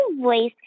voice